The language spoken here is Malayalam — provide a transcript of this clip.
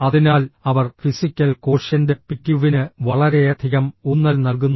അതിനാൽ അവർ ഫിസിക്കൽ കോഷ്യന്റ് പിക്യുവിന് വളരെയധികം ഊന്നൽ നൽകുന്നു